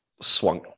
swung